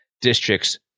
Districts